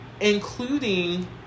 including